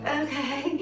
okay